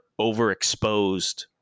overexposed